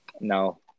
No